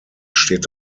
steht